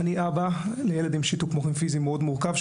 אני אבא לילד עם שיתוק מוחין פיזי מאוד מורכב,